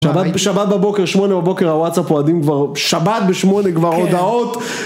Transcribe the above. שבת בבוקר, שמונה בבוקר, הוואטסאפ רועדים כבר, שבת בשמונה כבר הודעות!